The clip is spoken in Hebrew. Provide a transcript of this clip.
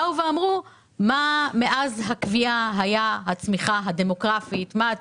באו ואמרו מה הייתה הצמיחה הדמוגרפית מאז הקביעה